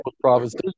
provinces